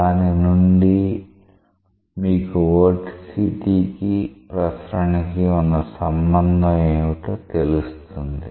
దాని నుండి మీకు వోర్టిసిటీ కి ప్రసరణ కి ఉన్న సంబంధం ఏమిటో తెలుస్తుంది